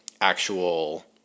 actual